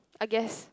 I guess